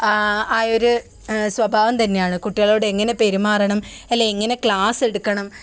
ആ ആയൊരു സ്വഭാവം തന്നെയാണ് കുട്ടികളോട് എങ്ങനെ പെരുമാറണം അല്ല എങ്ങനെ ക്ലാസ് എടുക്കണം